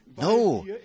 No